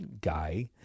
guy